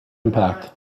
impact